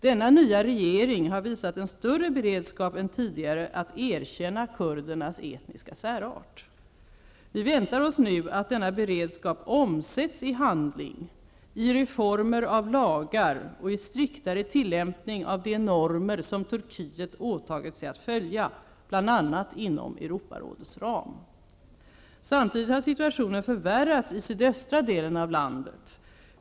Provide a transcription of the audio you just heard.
Denna nya regering har visat en större beredskap än tidigare att erkänna kurdernas etniska särart. Vi väntar oss nu att denna beredskap omsätts i handling, i reformer av lagar och i striktare tillämpning av de normer som Turkiet åtagit sig att följa, bl.a. inom Europarådets ram. Samtidigt har situationen förvärrats i sydöstra delen av landet.